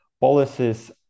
policies